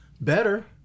Better